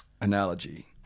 Analogy